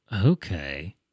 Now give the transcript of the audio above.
Okay